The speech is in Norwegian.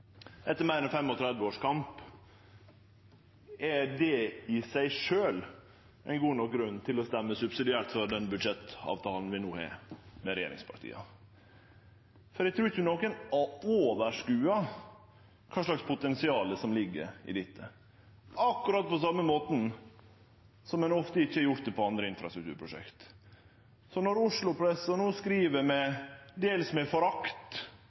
Etter meir enn 35 års kamp er det i seg sjølv ein god nok grunn til å stemme subsidiært for den budsjettavtalen vi no har med regjeringspartia. Eg trur ikkje nokon har oversyn over kva slags potensial som ligg i dette – akkurat på same måten som ein ofte ikkje har hatt det på andre infrastrukturprosjekt. Når Oslo-pressa no skriv dels med forakt